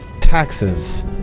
taxes